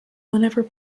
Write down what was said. whenever